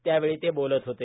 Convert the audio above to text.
त्यावेळी ते बोलत होते